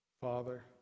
Father